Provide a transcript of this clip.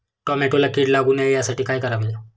टोमॅटोला कीड लागू नये यासाठी काय करावे?